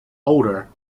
older